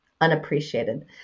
unappreciated